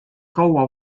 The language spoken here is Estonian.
kaua